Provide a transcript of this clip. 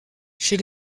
chez